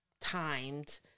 timed